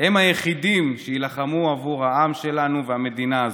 הם היחידים שיילחמו עבור העם שלנו והמדינה הזו,